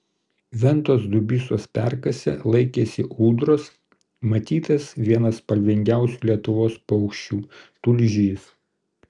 ventos dubysos perkase laikėsi ūdros matytas vienas spalvingiausių lietuvos paukščių tulžys